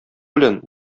белән